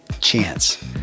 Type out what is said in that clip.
chance